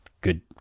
good